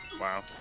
Wow